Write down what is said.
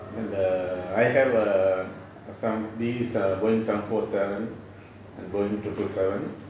and err I have err some these Boeing seven four seven and Boeing two two seven